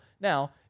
Now